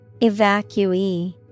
Evacuee